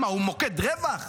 מה, הוא מוקד רווח?